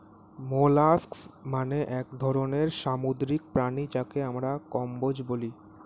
molluscs মানে এক ধরনের সামুদ্রিক প্রাণী যাকে আমরা কম্বোজ বলি